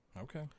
Okay